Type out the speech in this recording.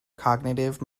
cognitive